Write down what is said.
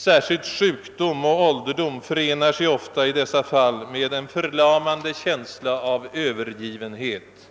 Särskilt sjukdom och ålderdom förenar sig ofta i dessa fall med en förlamande känsla av Öövergivenhet.